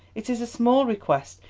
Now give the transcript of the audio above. it is a small request,